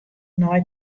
nei